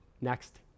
next